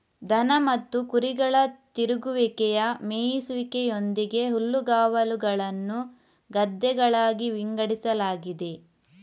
ದನ ಮತ್ತು ಕುರಿಗಳ ತಿರುಗುವಿಕೆಯ ಮೇಯಿಸುವಿಕೆಯೊಂದಿಗೆ ಹುಲ್ಲುಗಾವಲುಗಳನ್ನು ಗದ್ದೆಗಳಾಗಿ ವಿಂಗಡಿಸಲಾಗಿದೆ